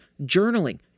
Journaling